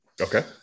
okay